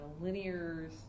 linear